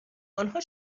آنها